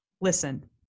Listen